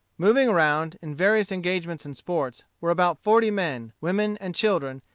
moving around, in various engagements and sports, were about forty men, women, and children,